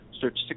Search